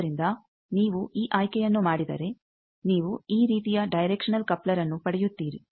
ಆದ್ದರಿಂದ ನೀವು ಈ ಆಯ್ಕೆಯನ್ನು ಮಾಡಿದರೆ ನೀವು ಈ ರೀತಿಯ ಡೈರೆಕ್ಷನಲ್ ಕಪ್ಲರ್ ಅನ್ನು ಪಡೆಯುತ್ತೀರಿ